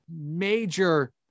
major